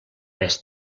més